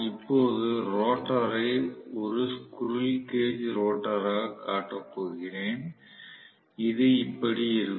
இப்போது ரோட்டரை ஒரு ஸ்குரில் கேஜ் ரோட்டராக காட்டப் போகிறேன் இது இப்படி இருக்கும்